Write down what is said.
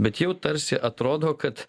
bet jau tarsi atrodo kad